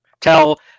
tell